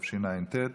התשע"ט